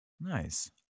Nice